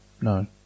no